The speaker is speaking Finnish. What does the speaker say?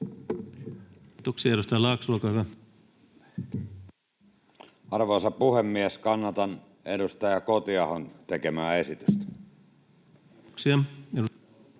Kiitos.